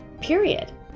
period